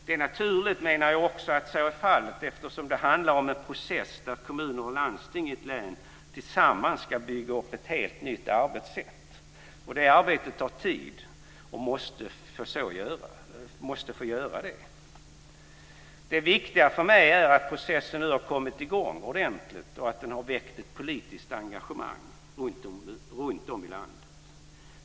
Det är naturligt, menar jag också, att så är fallet, eftersom det handlar om en process där kommuner och landsting i ett län tillsammans ska bygga upp ett helt nytt arbetssätt. Det arbetet tar tid och måste få göra det. Det viktiga för mig är att processen nu har kommit i gång ordentligt och att den har väckt ett politiskt engagemang runtom i landet.